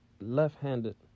left-handed